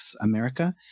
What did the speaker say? America